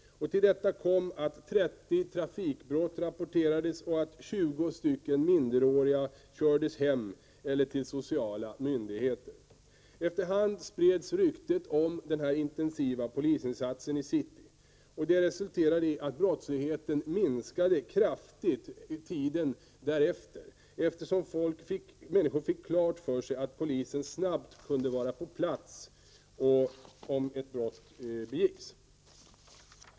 Till detta kom att 30 trafikbrott rapportera 17 januari 1989 des och att 20 minderåriga kördes hem eller till sociala myndigheter. Efter hand spreds ryktet om denna intensiva polisinsats i city, och det resulterade i att brottsligheten minskade kraftigt under tiden därefter, då människor fick klart för sig att polisen snabbt kunde vara på plats om brott begicks.